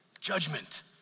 Judgment